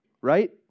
right